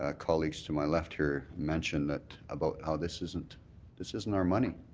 ah colleagues to my left here mentioned that about how this isn't this isn't our money.